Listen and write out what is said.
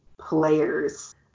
players